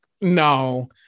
no